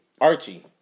Archie